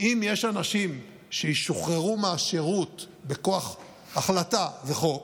שאם יש אנשים שישוחררו מהשירות מכוח החלטה וחוק,